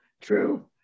true